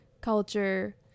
culture